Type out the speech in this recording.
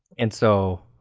and so